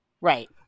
Right